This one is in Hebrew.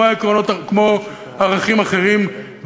כמו ערכים אחרים,